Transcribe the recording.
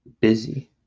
busy